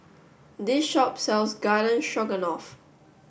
this shop sells Garden Stroganoff